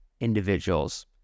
individuals